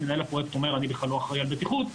מנהל הפרויקט אומר: אני בכלל לא אחראי על בטיחות,